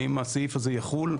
האם הסעיף הזה יחול?